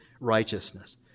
righteousness